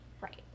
Right